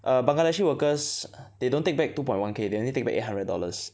err Bangladeshi workers they don't take back two point one K they only take back eight hundred dollars